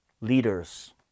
leaders